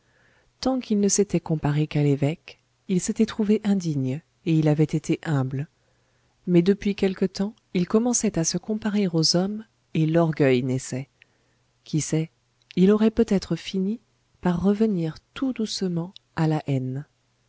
tant qu'il ne s'était comparé qu'à l'évêque il s'était trouvé indigne et il avait été humble mais depuis quelque temps il commençait à se comparer aux hommes et l'orgueil naissait qui sait il aurait peut-être fini par revenir tout doucement à la haine